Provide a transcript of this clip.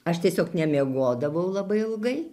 aš tiesiog nemiegodavau labai ilgai